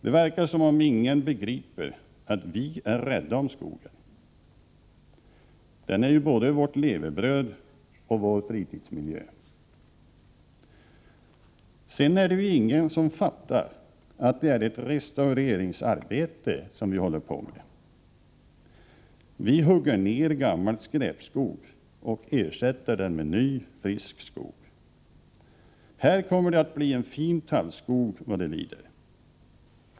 Det verkar som om ingen begriper att vi är rädda om skogen. Den är ju både vårt levebröd och vår fritidsmiljö. Sen är det ju ingen som fattar att det är ett restaureringsarbete vi håller på med. Vi hugger ner gammal skräpskog och ersätter den med ny, frisk skog. Här kommer det att bli en fin tallskog vad det lider.